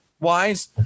wise